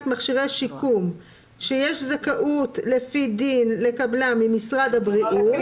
מכשירי שיקום שיש זכאות לפי דין לקבלם ממשרד הבריאות".